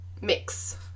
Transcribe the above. mix